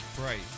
Right